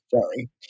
Sorry